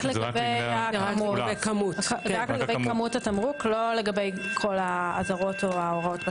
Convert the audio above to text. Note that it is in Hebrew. רק לגבי כמות התמרוק לא לגבי כל האזהרות או ההוראות.